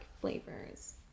flavors